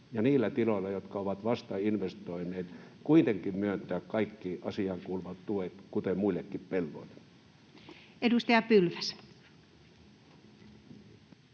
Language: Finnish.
ja niillä tiloilla, jotka ovat vasta investoineet, kuitenkin myöntää kaikki asiaankuuluvat tuet, kuten muillekin pelloille?